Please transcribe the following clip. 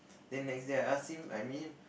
then next day I ask him I meet him